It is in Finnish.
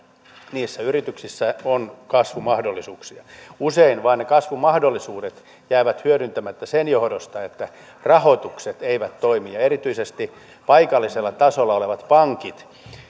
niissä yrityksissä on kasvumahdollisuuksia usein ne kasvumahdollisuudet vain jäävät hyödyntämättä sen johdosta että rahoitukset eivät toimi ja ja erityisesti paikallisella tasolla olevien pankkien